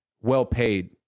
well-paid